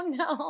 no